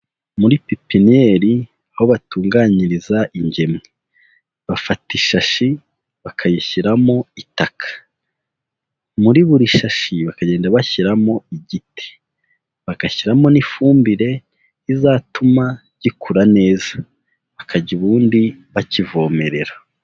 Muri pipinyeri aho batunganyiriza ingemwe, bafata ishashi bakayishyiramo itaka, muri buri shashi bakagenda bashyiramo igiti bagashyiramo n'ifumbire izatuma gikura neza, bakajya ubundi bakivomerera.